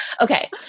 Okay